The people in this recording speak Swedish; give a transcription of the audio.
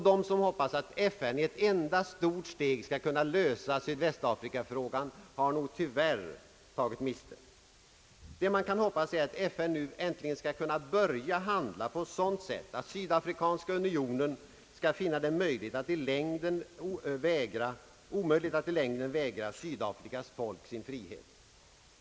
De som hoppas att FN i ett enda stort steg skall åstadkomma en lösning av sydvästafrikaproblemet, har nog tyvärr tagit miste. Det man kan hoppas är att FN nu äntligen skall kunna börja handla på ett sådant sätt att Sydafrikanska unionen skall finna det omöjligt att i längden vägra Sydvästafrikas folk dess frihet.